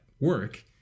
work